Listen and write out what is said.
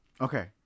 Okay